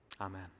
Amen